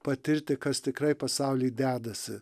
patirti kas tikrai pasauly dedasi